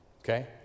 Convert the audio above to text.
Okay